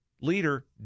leader